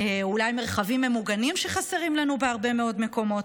אולי מרחבים ממוגנים שחסרים לנו בהרבה מאוד מקומות.